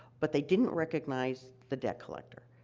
but they didn't recognize the debt collector.